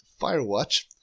Firewatch